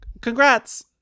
congrats